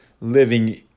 living